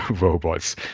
robots